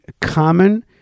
common